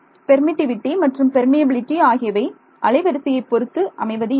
permittivity மற்றும் permeability ஆகியவை அலைவரிசையை பொறுத்து அமைவது இல்லை